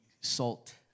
salt